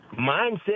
mindset